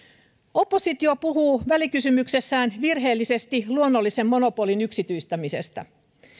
oppositio puhuu välikysymyksessään virheellisesti luonnollisen monopolin yksityistämisestä